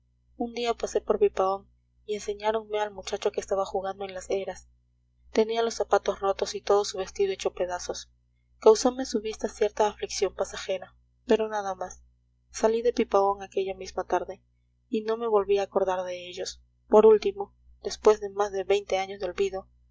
un día pasé por pipaón y enseñáronme al muchacho que estaba jugando en las eras tenía los zapatos rotos y todo su vestido hecho pedazos causome su vista cierta aflicción pasajera pero nada más salí de pipaón aquella misma tarde y no me volví a acordar de ellos por último después de más de veinte años de olvido